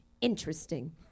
interesting